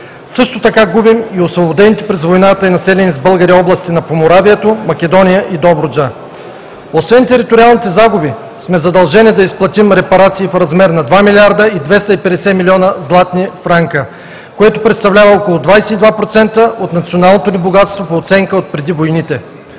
също така губим и освободените през войната и населени с българи области на Поморавието, Македония и Добруджа. Освен териториалните загуби сме задължени да изплатим репарации в размер на 2 млрд. 250 млн. златни франка, което представлява около 22% от националното ни богатство по оценка отпреди войните.